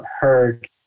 heard